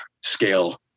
scale